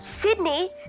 Sydney